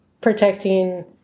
protecting